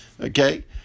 Okay